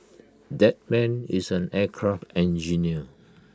that man is an aircraft engineer